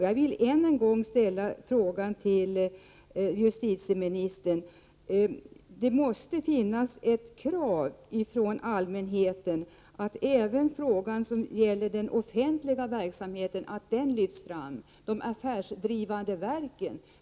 Jag vill än en gång ställa samma frågor till justitieministern. Det måste finnas ett krav från allmänheten att även frågor som gäller den offentliga verksamheten, de affärsdrivande verken, lyfts fram.